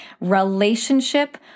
Relationship